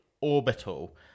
Orbital